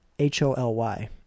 h-o-l-y